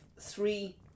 three